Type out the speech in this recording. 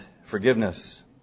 Forgiveness